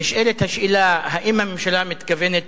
נשאלת השאלה אם המדינה מתכוונת